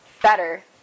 better